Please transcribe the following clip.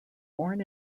born